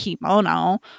kimono